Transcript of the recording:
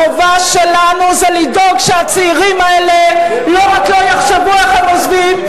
החובה שלנו זה לדאוג שהצעירים האלה לא רק לא יחשבו איך הם עוזבים,